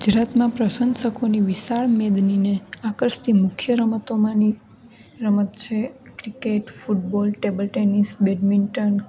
ગુજરાતના પ્રશંસકોની વિશાળ મેદનીને આકર્ષતી મુખ્ય રમતોમાંની રમત છે cricket football table tennis badminton